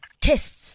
tests